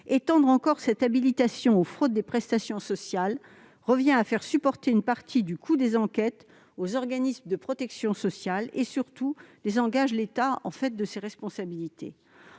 Étendre encore l'habilitation aux fraudes des prestations sociales revient à faire supporter une partie du coût des enquêtes aux organismes de protection sociale. Surtout, cela désengage en fait l'État de ses responsabilités.